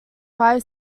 five